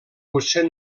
potser